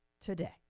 today